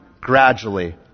gradually